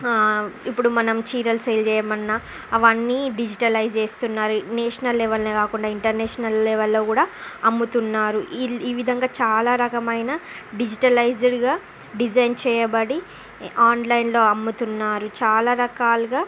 ఇప్పుడు మనం చీరలు సేల్ చేయమన్నా అవన్నీ డిజిటలైజ్ చేస్తున్నారు నేషనల్ లెవలే కాకుండా ఇంటర్నేషనల్ లెవెల్లో కూడా అమ్ముతున్నారు ఈ విధంగా చాలా రకమైన డిజిటలైజ్డ్గా డిజైన్ చేయబడి ఆన్లైన్లో అమ్ముతున్నారు చాలా రకాలుగా